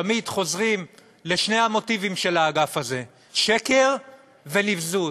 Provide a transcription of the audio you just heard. תמיד חוזרים לשני המוטיבים של האגף הזה: שקר ונבזות.